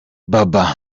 baba